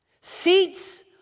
Seats